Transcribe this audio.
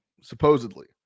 Supposedly